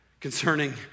concerning